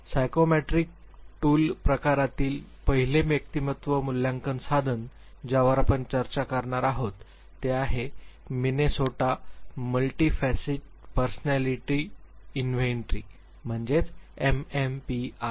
psychometric tool प्रकारातील पहिले व्यक्तिमत्व मूल्यांकन साधन ज्यावर आपण चर्चा करणार आहोत ते आहे मिनेसोटा मल्टीफासिक पर्सनॅलीटी इंनव्हेट्रि म्हणजेच एमएमपीआय